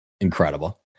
Incredible